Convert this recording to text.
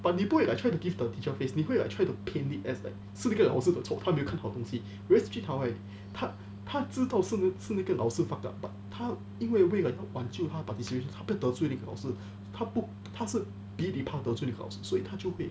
but 你不会 like try to give the teacher face 你不会 like try to paint it as like 是那个老师的错她没有看好东西 whereas jun hao right 他他知道是是那个老师 fucked up but but 他因为为了挽救他 participation 他便得罪那个老师他不他是比你怕得罪老师所以他就会 err